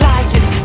Liars